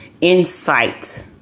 insight